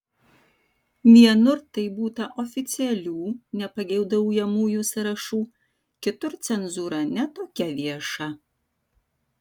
vienur tai būta oficialių nepageidaujamųjų sąrašų kitur cenzūra ne tokia vieša